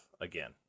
again